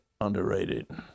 underrated